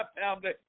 family